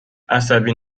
عصبی